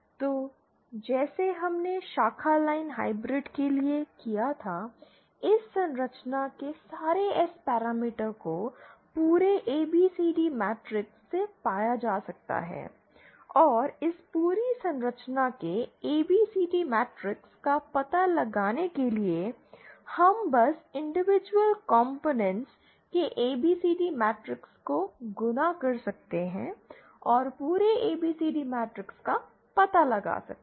तो जैसे हमने शाखा लाइन हाइब्रिड के लिए किया था इस संरचना के सारे S पैरामीटर को पूरे ABCD मैट्रिक्स से पाया जा सकता है और इस पूरी संरचना के ABCD मैट्रिक्स का पता लगाने के लिए हम बस इंडिविजुअल कॉम्पोनेंट्स के ABCD मैट्रिक्स को गुणा कर सकते हैं और पूरे ABCD मैट्रिक्स का पता लगा सकते हैं